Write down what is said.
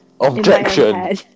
Objection